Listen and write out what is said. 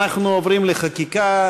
אנחנו עוברים לחקיקה,